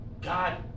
God